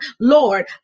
Lord